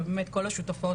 ובאמת כל השותפות